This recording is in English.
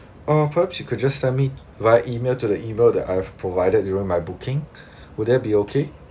uh perhaps you could just send me via email to the email that I have provided during my booking would that be okay